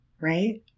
right